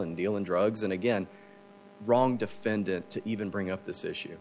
and dealing drugs and again wrong defendant to even bring up this issue